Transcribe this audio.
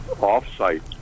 off-site